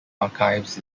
archives